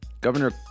Governor